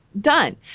done